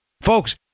folks